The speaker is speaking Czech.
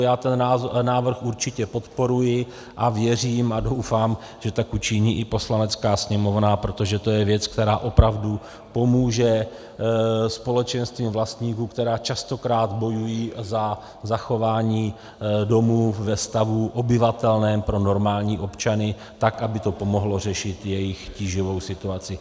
Já ten návrh určitě podporuji a věřím a doufám, že tak učiní i Poslanecká sněmovna, protože to je věc, která opravdu pomůže společenstvím vlastníků, která častokrát bojují za zachování domů ve stavu obyvatelném pro normální občany, tak, aby to pomohlo řešit jejich tíživou situaci.